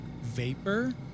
vapor